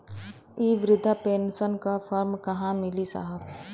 इ बृधा पेनसन का फर्म कहाँ मिली साहब?